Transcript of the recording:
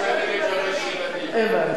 הבנתי.